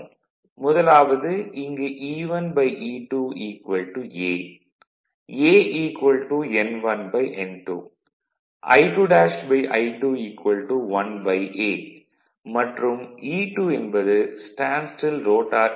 முதலாவது இங்கு E1E2 a a N1N2 I2'I2 1a மற்றும் E2 என்பது ஸ்டேண்ட் ஸ்டில் ரோட்டார் ஈ